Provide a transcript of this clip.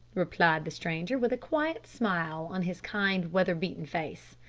replied the stranger, with a quiet smile on his kind, weather-beaten face,